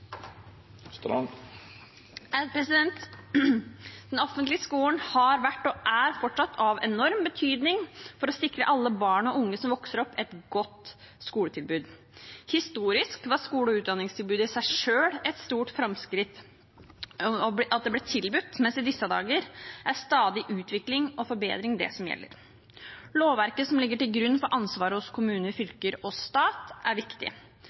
Den offentlige skolen har vært og er fortsatt av enorm betydning for å sikre alle barn og unge som vokser opp, et godt skoletilbud. Historisk var skole- og utdanningstilbudet i seg selv et stort framskritt, mens det i disse dager er stadig utvikling og forbedring som gjelder. Lovverket som ligger til grunn for ansvaret hos kommuner, fylker og stat, er viktig.